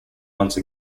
once